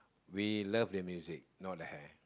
we love the music not the hair